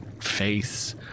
face